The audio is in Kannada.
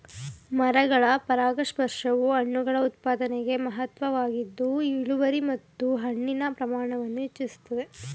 ಮರಗಳ ಪರಾಗಸ್ಪರ್ಶವು ಹಣ್ಣುಗಳ ಉತ್ಪಾದನೆಗೆ ಮಹತ್ವದ್ದಾಗಿದ್ದು ಇಳುವರಿ ಮತ್ತು ಹಣ್ಣಿನ ಪ್ರಮಾಣವನ್ನು ಹೆಚ್ಚಿಸ್ತದೆ